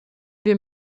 wir